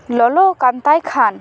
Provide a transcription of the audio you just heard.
ᱞᱚᱞᱚᱣᱟᱠᱟᱱ ᱛᱟᱭᱠᱷᱟᱱ